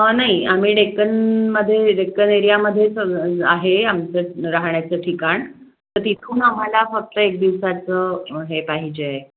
नाही आम्ही डेक्कनमध्ये डेक्कन एरियामध्येच आहे आमचं राहण्याचं ठिकाण तर तिथून आम्हाला फक्त एक दिवसाचं हे पाहिजे